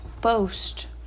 boast